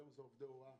היום זה עובדי הוראה.